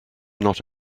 not